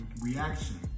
reaction